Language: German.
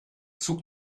zug